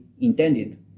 intended